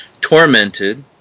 Tormented